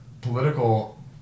political